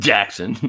Jackson